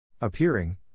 appearing